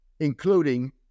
including